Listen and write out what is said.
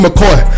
McCoy